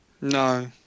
No